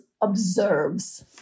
observes